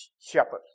shepherds